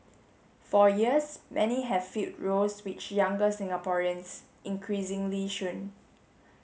for years many have filled roles which younger Singaporeans increasingly shun